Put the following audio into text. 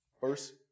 first